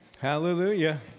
Hallelujah